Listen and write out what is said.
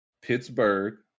Pittsburgh